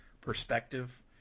perspective